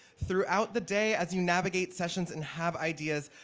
throughout the day as you navigate sessions and have ideas,